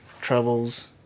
troubles